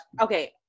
Okay